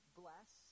bless